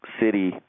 city